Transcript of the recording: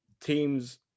teams